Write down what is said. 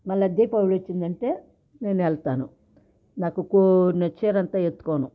మళ్ళా దీపావళి వచ్చిందంటే నేను వెళ్తాను నాకు కోరిన చీర అంత ఎత్తుకోను